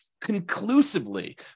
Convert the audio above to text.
conclusively